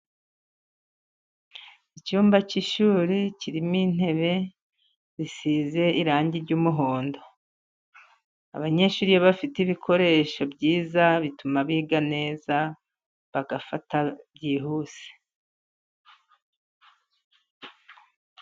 Icyumba cy'ishuri kirimo intebe zisize irangi ry'umuhondo. Abanyeshuri iyo bafite ibikoresho byiza, bituma biga neza, bagafata byihuse.